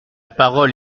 parole